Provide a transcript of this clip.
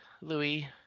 Louis